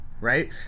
right